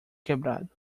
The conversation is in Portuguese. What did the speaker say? quebrado